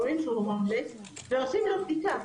רואים שהוא הומלס, ועושים לו בדיקה.